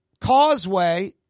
Causeway